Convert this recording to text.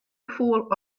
gefoel